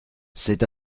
c’est